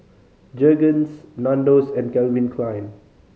Jergens Nandos and Calvin Klein